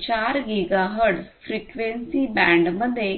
4 gigahertz frequency बँडमध्ये